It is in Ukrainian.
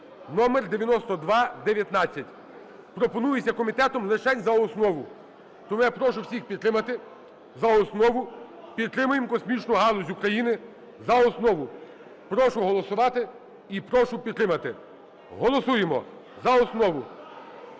(№9219). Пропонується комітетом лишень за основу. Тому я прошу всіх підтримати за основу, підтримаємо космічну галузь України. За основу прошу голосувати і прошу підтримати. Голосуємо за основу.